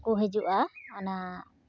ᱠᱚ ᱦᱤᱡᱩᱜᱼᱟ ᱚᱱᱟ